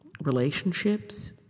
relationships